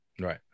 Right